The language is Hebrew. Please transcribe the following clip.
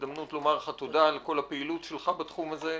זו הזדמנות לומר לך תודה על כל הפעילות שלך בתחום הזה.